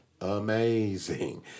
amazing